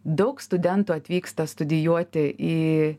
daug studentų atvyksta studijuoti į